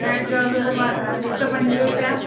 set जो अघु हिकु सौ पंजवीह रुपया